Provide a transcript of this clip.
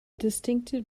distinctive